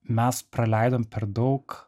mes praleidom per daug